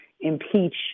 impeach